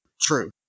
True